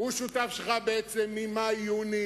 הוא שותף שלך בעצם ממאי-יוני.